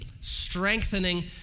strengthening